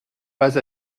pas